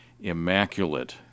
immaculate